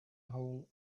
hole